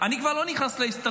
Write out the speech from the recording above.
אני כבר לא נכנס לאסטרטגיה,